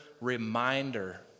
reminder